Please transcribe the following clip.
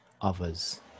others